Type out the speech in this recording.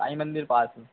साईं मंदिर पास हूँ